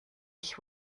ich